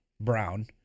Brown